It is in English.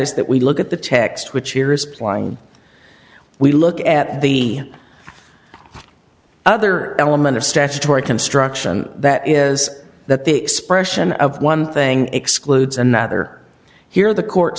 is that we look at the text which here is applying we look at the other element of statutory construction that is that the expression of one thing excludes another here the court